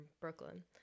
Brooklyn